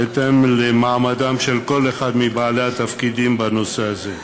בהתאם למעמדו של כל אחד מבעלי התפקידים בנושא הזה.